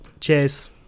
cheers